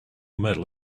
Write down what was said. medal